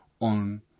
on